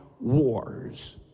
wars